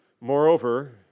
Moreover